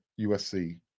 USC